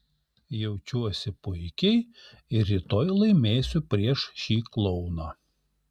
jaučiuosi puikiai ir rytoj laimėsiu prieš šį klouną